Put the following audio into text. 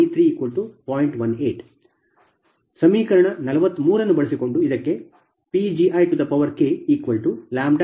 18 ಸಮೀಕರಣ 43 ಅನ್ನು ಬಳಸಿಕೊಂಡು ಇದಕ್ಕೆ PgiK bi2di